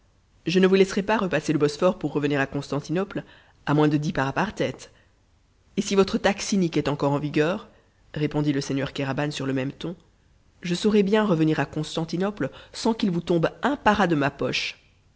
je ne vous laisserai pas repasser le bosphore pour revenir à constantinople à moins de dix paras par tête et si votre taxe inique est encore en vigueur répondit le seigneur kéraban sur le même ton je saurai bien revenir à constantinople sans qu'il vous tombe un para de ma poche